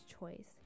choice